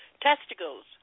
testicles